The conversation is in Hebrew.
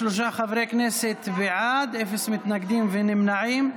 33 חברי כנסת בעד, אין מתנגדים ואין נמנעים.